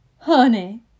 Honey